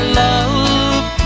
love